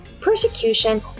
persecution